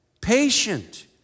patient